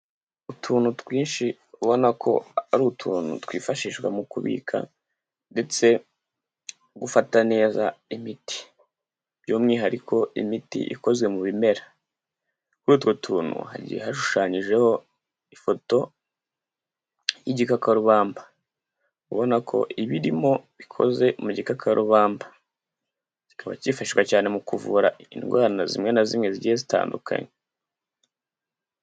Utuntu twinshi ubona ko ari utuntu twifashishwa mu kubika ndetse gufata neza imiti, by'umwihariko imiti ikoze mu bimera, kuri utwo tuntu hagiye hashushanyijeho ifoto y'igikakarubamba, ubona ko ibirimo bikoze mu gikakarubarumba, kikaba kifashishwa cyane mu kuvura indwara zimwe na zimwe zigiye zitandukanye.